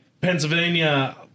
Pennsylvania